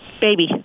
Baby